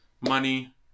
money